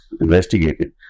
investigated